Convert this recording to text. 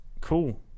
cool